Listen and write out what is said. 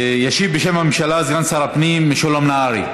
ישיב בשם הממשלה סגן שר הפנים משולם נהרי.